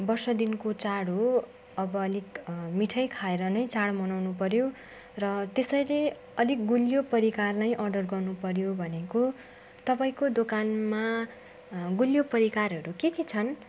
वर्ष दिनको चाड हो अब अलिक मिठाई खाएर नै चाड मनाउनुपर्यो र त्यसैले अलिक गुलियो परिकार नै अर्डर गर्नुपर्यो भनेको तपाईँको दोकानमा गुलियो परिकारहरू के के छन्